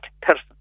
person